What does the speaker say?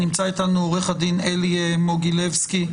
נמצא איתנו עו"ד אלי מוגילבסקי,